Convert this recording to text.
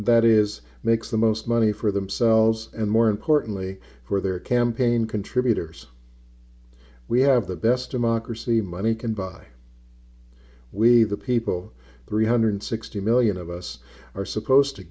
that is makes the most money for themselves and more importantly for their campaign contributors we have the best democracy money can buy we the people three hundred sixty million of us are supposed to